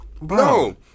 no